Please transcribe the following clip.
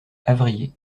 avrillé